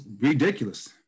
ridiculous